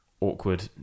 awkward